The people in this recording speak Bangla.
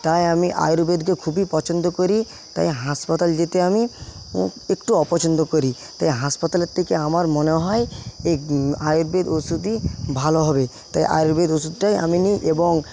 তাই আমি আয়ুর্বেদকে খুবই পছন্দ করি তাই হাসপাতাল যেতে আমি একটু অপছন্দ করি তাই হাসপাতালের থেকে আমার মনে হয় এই আয়ুর্বেদ ওষুধই ভালো হবে তাই আয়ুর্বেদ ওষুধটাই আমি নিই এবং